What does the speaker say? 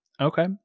Okay